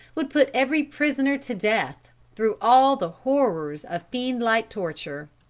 would put every prisoner to death, through all the horrors of fiendlike torture.